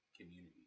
community